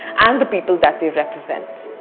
and the people that they represent.